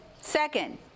Second